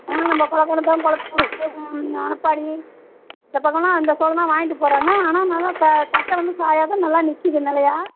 ஆ நம்ப கொளக்கநத்தம் கொளத்தூர் அணைப்படி இந்தப் பக்கம்லாம் அந்த சோளம் தான் வாங்கிட்டு போகிறாங்க ஆனால் நல்லா க கட்டை வந்து சாயாத நல்லா நிற்கிது நிலையா